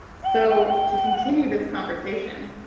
so to continue this conversation,